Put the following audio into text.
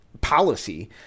policy